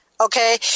okay